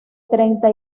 treinta